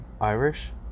Irish